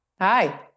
Hi